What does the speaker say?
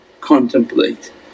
contemplate